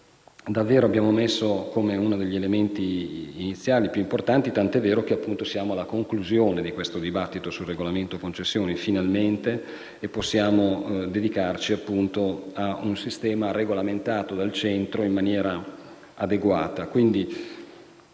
davvero abbiamo posto come uno degli elementi iniziali e più importanti, tant'è vero che siamo finalmente alla conclusione del dibattito sul regolamento delle concessioni e possiamo dedicarci a un sistema regolamentato dal centro in maniera adeguata.